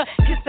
Kiss